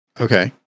Okay